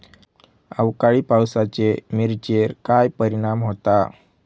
अवकाळी पावसाचे मिरचेर काय परिणाम होता?